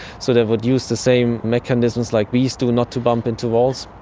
sort of would use the same mechanisms like bees do, not to bump into walls,